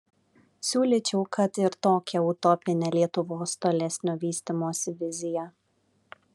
siūlyčiau kad ir tokią utopinę lietuvos tolesnio vystymosi viziją